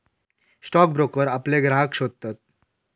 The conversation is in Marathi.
स्टॉक ब्रोकर आपले ग्राहक शोधतत